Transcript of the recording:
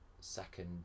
second